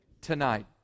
tonight